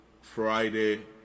Friday